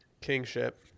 Kingship